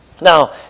Now